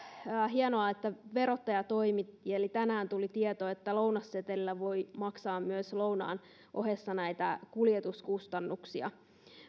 hienoa että verottaja toimi eli tänään tuli tietoa että lounassetelillä voi maksaa lounaan ohessa myös näitä kuljetuskustannuksia